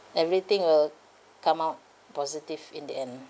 everything will come out positive in the end